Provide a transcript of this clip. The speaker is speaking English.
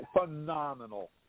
phenomenal